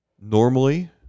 normally